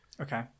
Okay